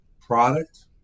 product